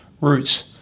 roots